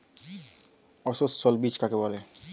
অসস্যল বীজ কাকে বলে?